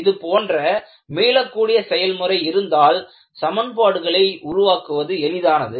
இதுபோன்ற மீளக்கூடிய செயல்முறை இருந்தால் சமன்பாடுகளை உருவாக்குவது எளிதானது